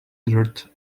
dirt